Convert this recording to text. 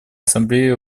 ассамблеи